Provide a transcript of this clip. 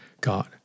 God